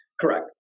Correct